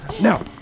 Now